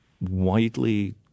widely